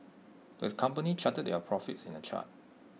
the company charted their profits in A chart